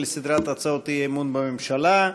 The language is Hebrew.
אנחנו עוברים לסדרת הצעות אי-אמון בממשלה.